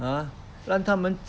!huh! 让他们